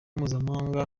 mpuzamahanga